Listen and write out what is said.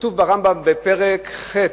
וכתוב ברמב"ם, בפרק ח',